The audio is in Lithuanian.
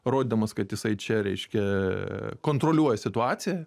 rodydamas kad jisai čia reiškia kontroliuoja situaciją